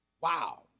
Wow